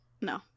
No